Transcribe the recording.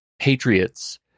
patriots –